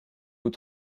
vous